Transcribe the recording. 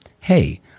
Hey